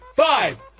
five,